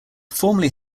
formerly